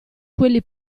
quelli